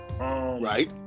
Right